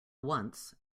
once